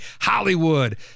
Hollywood